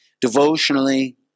devotionally